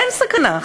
אין סכנה,